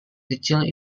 kecil